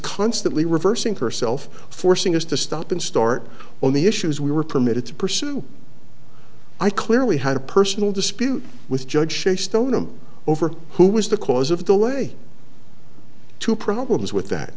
constantly reversing herself forcing us to stop and start on the issues we were permitted to pursue i clearly had a personal dispute with judge shay stoneham over who was the cause of the way two problems with that